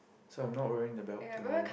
so I'm not wearing the belt tomorrow